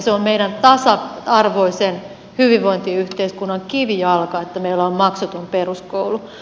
se on meidän tasa arvoisen hyvinvointiyhteiskuntamme kivijalka että meillä on maksuton peruskoulu